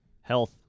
health